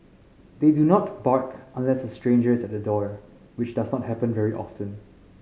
they do not bark unless a stranger is at the door which does not happen very often